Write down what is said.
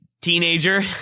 teenager